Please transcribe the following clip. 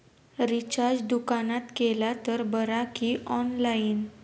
Recharge दुकानात केला तर बरा की ऑनलाइन?